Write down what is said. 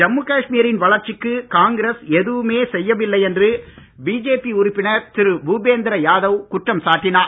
ஜம்மு காஷ்மீரின் வளர்ச்சிக்கு காங்கிரஸ் எதுவுமே செய்யவில்லை என்று பிஜேபி உறுப்பினர் திரு பூபேந்திர யாதவ் குற்றம் சாட்டினார்